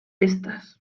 estas